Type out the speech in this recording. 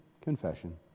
confession